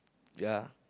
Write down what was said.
ya